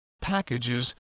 packages